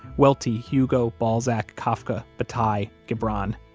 welty, hugo, balzac, kafka, bataille, gibran,